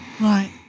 Right